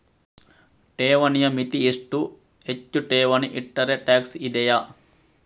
ಠೇವಣಿಯ ಮಿತಿ ಎಷ್ಟು, ಹೆಚ್ಚು ಠೇವಣಿ ಇಟ್ಟರೆ ಟ್ಯಾಕ್ಸ್ ಇದೆಯಾ?